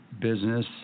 business